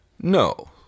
No